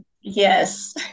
Yes